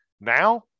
Now